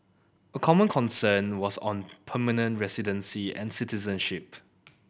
a common concern was on permanent residency and citizenship